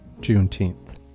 Juneteenth